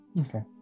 okay